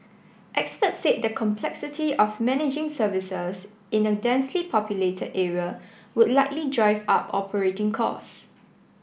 experts said the complexity of managing services in a densely populated area would likely drive up operating cause